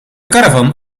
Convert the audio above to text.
caravan